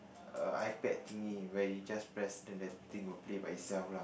err iPad thingie where you just press then the thing will play by itself lah